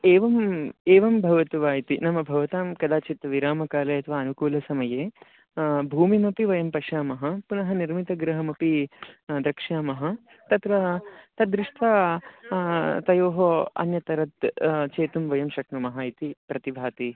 एवम् एवं भवतु वा इति नाम भवतां कदाचित् विरामकाले अथवा अनुकूलसमये भूमिमपि वयं पश्यामः पुनः निर्मितगृहमपि द्रक्ष्यामः तत्र तद् दृष्ट्वा तयोः अन्यतरद् चेतुं वयं शक्नुमः इति प्रतिभाति